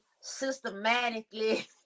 systematically